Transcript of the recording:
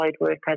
workers